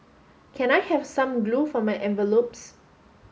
can I have some glue for my envelopes